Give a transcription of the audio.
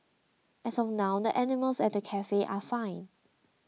as of now the animals at the cafe are fine